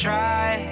try